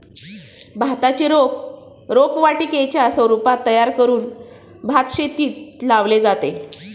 भाताचे रोप रोपवाटिकेच्या स्वरूपात तयार करून भातशेतीत लावले जाते